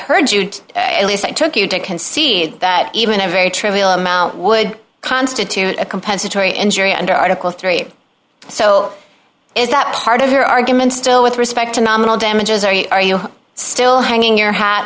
heard you at least i took you to concede that even a very trivial amount would constitute a compensatory injury under article three so is that part of your argument still with respect to nominal damages are you are you still hanging your hat